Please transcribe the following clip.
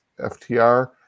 FTR